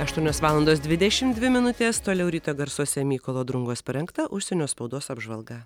aštuonios valandos dvidešim dvi minutės toliau ryto garsuose mykolo drungos parengta užsienio spaudos apžvalga